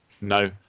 No